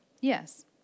yes